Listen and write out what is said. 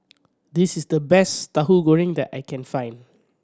this is the best Tahu Goreng that I can find